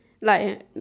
like